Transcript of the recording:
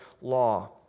law